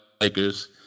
Lakers